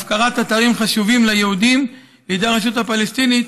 הפקרת אתרים חשובים ליהודים לידי הרשות הפלסטינית,